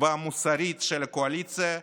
והמוסרית של הקואליציה,